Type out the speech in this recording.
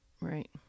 Right